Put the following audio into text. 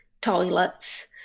toilets